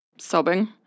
sobbing